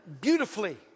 beautifully